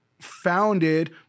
founded